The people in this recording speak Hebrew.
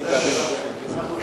אנחנו לא יכולים לשמוע את זה.